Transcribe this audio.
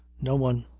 no one.